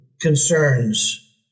concerns